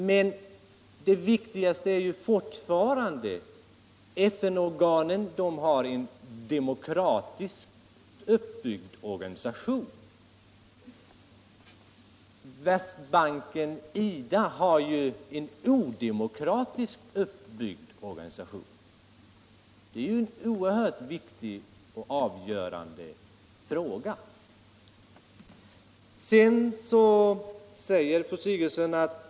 Men det viktigaste är fortfarande att FN-organen har en demokratiskt uppbyggd organisation medan Världsbanken och IDA har en odemokratiskt uppbyggd organisation. Det är en oerhört viktig och avgörande fråga.